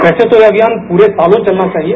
वैसे तो अभियान पूरे सालों चलना चाहिए